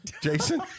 Jason